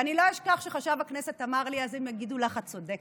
ואני לא אשכח שחשב הכנסת אמר לי: אז הם יגידו לך שאת צודקת,